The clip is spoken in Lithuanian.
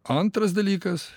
antras dalykas